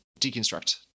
Deconstruct